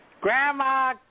Grandma